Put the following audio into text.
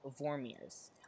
Vormiers